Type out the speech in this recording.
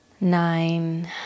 Nine